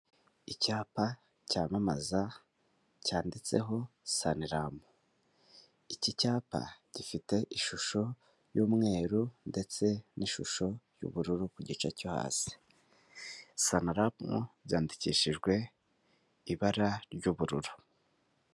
Icyapa cyamamaza cyanditseho saniramu iki cyapa gifite ishusho y'umweru ndetse n'ishusho y'ubururu ku gice cyo hasi, sananamu byandikishijwe ibara ry'ubururu.